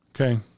Okay